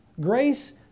Grace